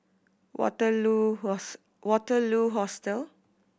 Waterloo Host Waterloo Hostel